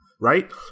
right